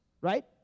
right